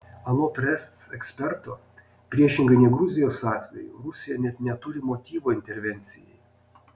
anot resc eksperto priešingai nei gruzijos atveju rusija net neturi motyvo intervencijai